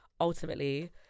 ultimately